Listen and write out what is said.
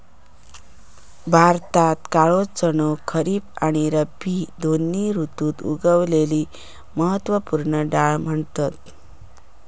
भारतात काळो चणो खरीब आणि रब्बी दोन्ही ऋतुत उगवलेली महत्त्व पूर्ण डाळ म्हणतत